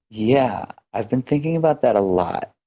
yeah i've been thinking about that a lot.